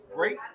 Great